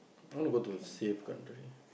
I want to go to safe country